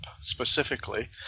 specifically